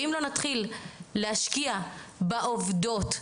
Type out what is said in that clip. אנחנו צריכים להתחיל להשקיע בעובדות ובמטפלות,